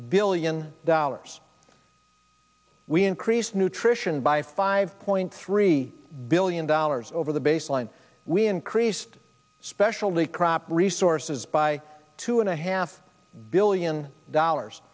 billion dollars we increased nutrition by five point three billion dollars over the baseline we increased specialty crop resources by two and a half billion dollars